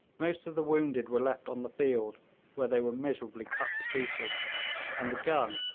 most of the wounded were left on the field, where they were miserably cut to pieces and the gun,